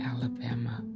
Alabama